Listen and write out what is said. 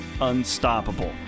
unstoppable